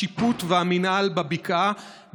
השיפוט והמינהל בבקעה,